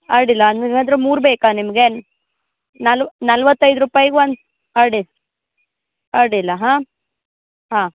ಅಡ್ಡಿಲ್ಲ ಹಾಗಾದ್ರೆ ಮೂರು ಬೇಕಾ ನಿಮಗೆ ನಲ್ವತ್ತೈದು ರೂಪಾಯ್ಗೆ ಒಂದು ಅಡ್ಡಿಲ್ಲ ಅಡ್ಡಿಲ್ಲ ಹಾಂ ಹಾಂ